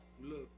Look